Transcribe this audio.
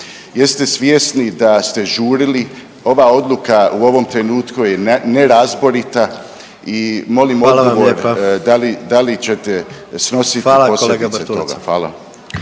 Jeste svjesni da ste žurili, ova odluka u ovom trenutku je nerazborita i molim odgovor…/Upadica predsjednik: